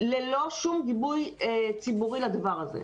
ללא שום גיבוי ציבורי לדבר הזה.